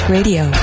Radio